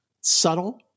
subtle